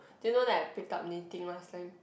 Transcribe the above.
do you now that I pick up knitting last time